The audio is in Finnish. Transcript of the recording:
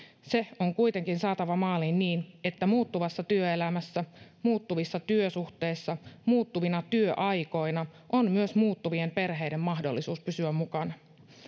se on kuitenkin saatava maaliin niin että muuttuvassa työelämässä muuttuvissa työsuhteissa muuttuvina työaikoina on myös muuttuvien perheiden mahdollisuus pysyä mukana